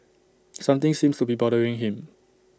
something seems to be bothering him